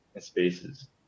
spaces